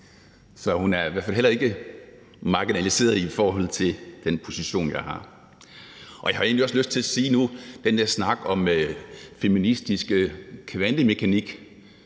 fald heller ikke marginaliseret i forhold til den position, jeg har, og jeg har også lyst til at sige nu til den der snak om feministisk kvantemekanik,